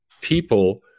people